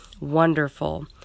Wonderful